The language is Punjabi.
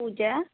ਪੂਜਾ